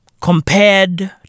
Compared